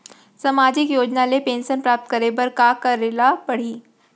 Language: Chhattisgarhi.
सामाजिक योजना ले पेंशन प्राप्त करे बर का का करे ल पड़ही?